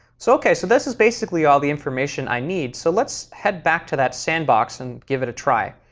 so ok, so this is basically all the information i need, so let's head back to that sandbox and give it a try.